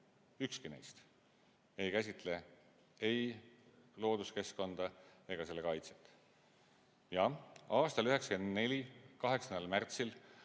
Ükski neist ei käsitle ei looduskeskkonda ega selle kaitset. Jah, 8. märtsil